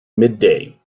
midday